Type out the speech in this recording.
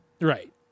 right